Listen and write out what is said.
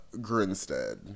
Grinstead